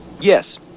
yes